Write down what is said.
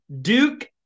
duke